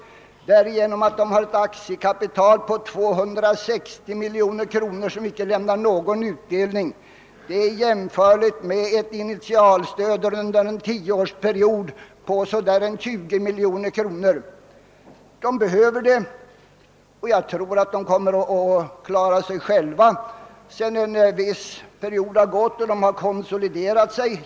Statens skogsindustrier har ett aktiekapital på 260 miljoner kronor, som det icke lämnas någon utdelning på, och detta är jämförligt med ett initialstöd under en tioårsperiod på ca 20 miljoner kronor om året. Företaget behöver stödet, men jag tvivlar inte alls på att företaget kommer att klara sig självt efter en viss tid sedan det hunnit ske en konsolidering.